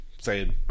say